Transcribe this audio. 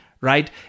right